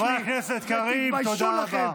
חבר הכנסת קריב, תודה רבה.